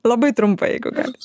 labai trumpai jeigu galit